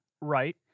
Right